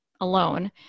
Alone